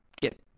get